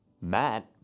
Matt